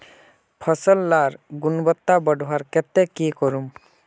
फसल लार गुणवत्ता बढ़वार केते की करूम?